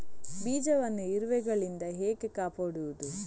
ಬೀಜವನ್ನು ಇರುವೆಗಳಿಂದ ಹೇಗೆ ಕಾಪಾಡುವುದು?